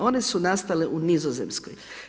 One su nastale u Nizozemskoj.